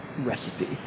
recipe